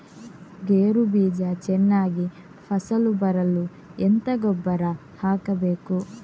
ಗೇರು ಬೀಜ ಚೆನ್ನಾಗಿ ಫಸಲು ಬರಲು ಎಂತ ಗೊಬ್ಬರ ಹಾಕಬೇಕು?